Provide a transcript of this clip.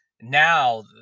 now